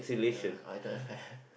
ya I don't have